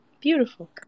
beautiful